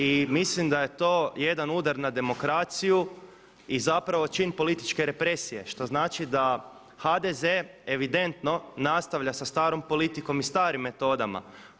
I mislim da je to jedan udar na demokraciju i zapravo čin političke represije što znači da HDZ evidentno nastavlja sa starom politikom i starim metodama.